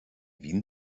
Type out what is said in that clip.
wien